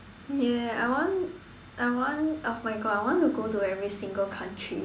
ya I want I want oh my God I want to go to every single country